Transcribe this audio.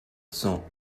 cent